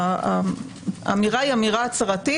האמירה היא אמירה הצהרתית.